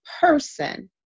person